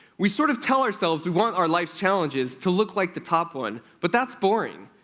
we sort of tell ourselves we want our life's challenges to look like the top one, but that's boring.